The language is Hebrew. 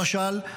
למשל,